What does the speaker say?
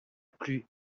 plus